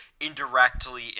indirectly